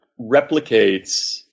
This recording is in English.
replicates –